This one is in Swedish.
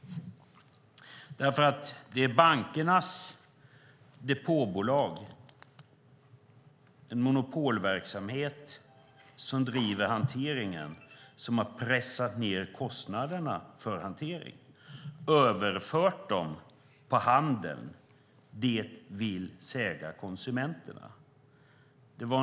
Det är bankernas depåbolag, en monopolverksamhet som driver hanteringen, som har pressat ned kostnaderna för hanteringen och överfört dem till handeln, det vill säga konsumenterna.